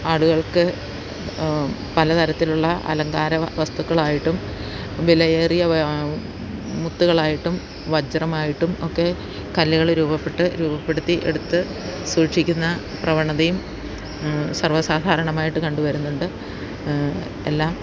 ആളുകൾക്ക് പലതരത്തിലുള്ള അലങ്കാര വസ്തുക്കളായിട്ടും വില ഏറിയ മുത്തുകളായിട്ടും വജ്രമായിട്ടും ഒക്കെ കല്ലുകൾ രൂപപ്പെട്ട് രൂപപ്പെടുത്തി എടുത്ത് സൂക്ഷിക്കുന്ന പ്രവണതയും സർവസാധാരണമായിട്ട് കണ്ടുവരുന്നുണ്ട് എല്ലാം